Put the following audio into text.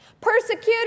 Persecuted